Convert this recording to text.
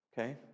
okay